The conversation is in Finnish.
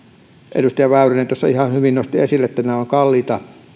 edustaja väyrynen tuossa ihan hyvin nosti esille ovat kalliita